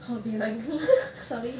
oh man sorry